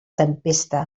tempesta